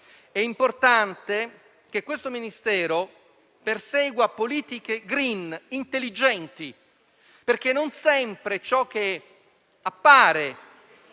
è importante che questo Ministero persegua politiche *green* intelligenti, perché non sempre ciò che appare